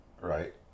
right